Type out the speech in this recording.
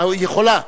היא יכולה.